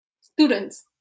students